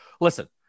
Listen